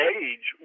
age